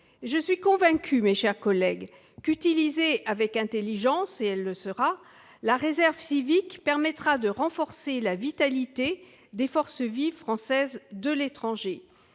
Je suis convaincue, mes chers collègues, qu'utilisée avec intelligence, et elle le sera, la réserve civique permettra de renforcer la vitalité des forces vives françaises de l'étranger.